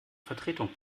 vertretung